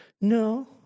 No